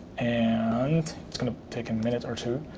and it's going to take a minute or two